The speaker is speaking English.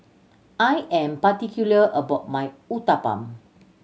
I am particular about my Uthapam